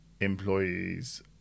employees